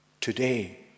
Today